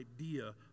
idea